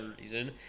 reason